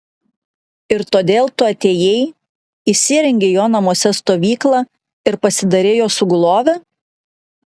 ir todėl tu atėjai įsirengei jo namuose stovyklą ir pasidarei jo sugulove